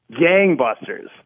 gangbusters